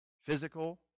Physical